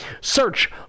Search